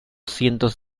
cientos